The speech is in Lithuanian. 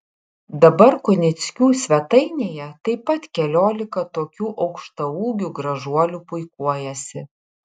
dabar kunickių svetainėje taip pat keliolika tokių aukštaūgių gražuolių puikuojasi